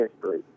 history